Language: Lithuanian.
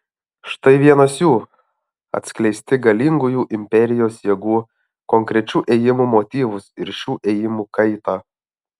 štai vienas jų atskleisti galingųjų imperijos jėgų konkrečių ėjimų motyvus ir šių ėjimų kaitą